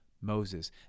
Moses